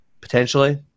Potentially